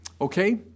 Okay